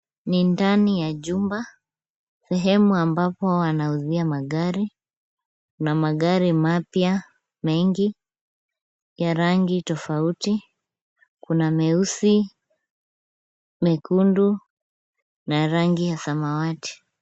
Ni ndani ya jumba, sehemu ambapo wanauzia magari. Kuna magari mapya, mengi ya rangi tofauti. Kuna meusi, mekundu na rangi ya samawati.